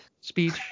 speech